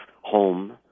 home